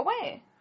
away